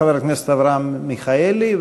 חבר הכנסת אברהם מיכאלי,